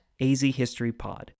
azhistorypod